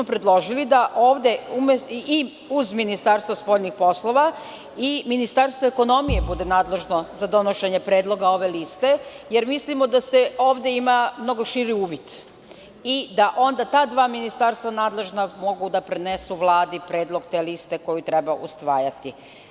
Predložili smo da ovde uz Ministarstvo spoljnih poslova i Ministarstvo ekonomije bude nadležno za donošenje predloga ove liste, jer mislimo da se ovde ima mnogo širi uvid i da onda ta dva nadležna ministarstva mogu da prenesu Vladi predlog te liste koju treba usvajati.